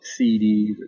CDs